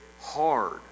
Hard